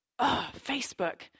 Facebook